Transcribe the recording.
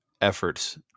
efforts